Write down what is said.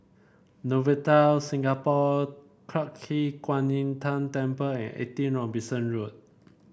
Novotel Singapore Clarke Quay Kwan Im Tng Temple and Eighty Robinson Road